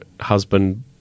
husband